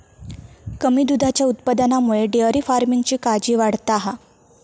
कमी दुधाच्या उत्पादनामुळे डेअरी फार्मिंगची काळजी वाढता हा